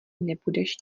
nebudeš